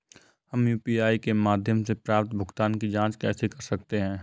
हम यू.पी.आई के माध्यम से प्राप्त भुगतान की जॉंच कैसे कर सकते हैं?